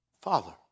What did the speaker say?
Father